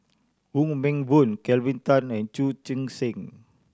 Wong Meng Voon Kelvin Tan and Chu Chee Seng